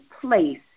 place